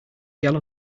yellow